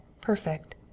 perfect